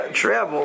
travel